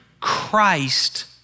Christ